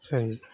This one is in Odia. ସେ